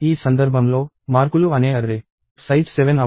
ఈ సందర్భంలో మార్కులు అనే అర్రే సైజ్ 7 అవుతుంది మరియు అవన్నీ ఇంటీజర్స్